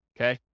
okay